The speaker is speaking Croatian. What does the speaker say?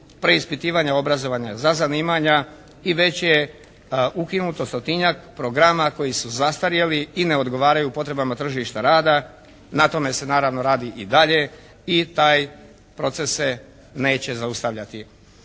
preispitivanja za zanimanja i već je ukinuto stotinjak programa koji su zastarjeli i ne odgovaraju potrebama tržišta rada. Na tome se naravno radi i dalje i taj proces se neće zaustavljati.